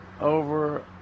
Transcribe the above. over